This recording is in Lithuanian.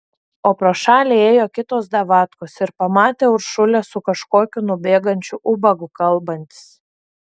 o pro šalį ėjo kitos davatkos ir pamatė uršulę su kažkokiu nubėgančiu ubagu kalbantis